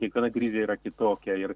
kiekviena krizė yra kitokia ir